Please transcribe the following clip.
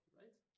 right